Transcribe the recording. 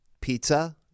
pizza